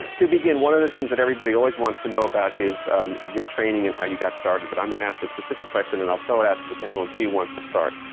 to begin, one of the things that everybody always wants to know about is your training and how you got started. but i'm going to ask a specific question, and i'll throw it out to the panel and see who wants to start.